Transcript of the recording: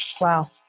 Wow